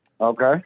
Okay